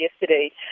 yesterday